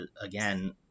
again